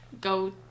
go